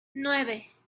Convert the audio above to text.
nueve